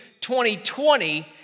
2020